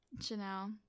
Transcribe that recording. chanel